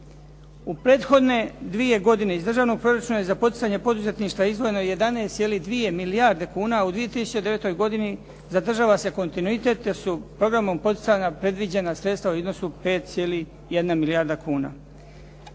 U prethodne 2 godine iz državnog proračuna je za poticanje poduzetništva izdvojeno 11,2 milijarde kuna, a u 2009. godini zadržava se kontinuitet te su programom poticanja predviđena sredstva u iznosu 5,1 milijarda kuna.